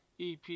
EP